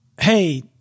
hey